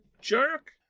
jerk